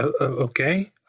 Okay